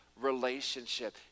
relationship